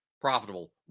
profitable